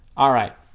all right